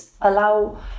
allow